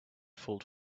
fault